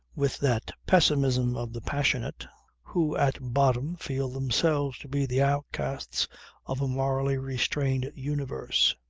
with that pessimism of the passionate who at bottom feel themselves to be the outcasts of a morally restrained universe.